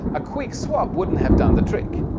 a quick swap wouldn't have done the trick.